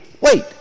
wait